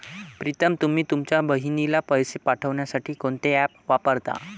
प्रीतम तुम्ही तुमच्या बहिणीला पैसे पाठवण्यासाठी कोणते ऍप वापरता?